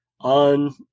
on